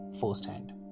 firsthand